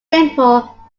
simple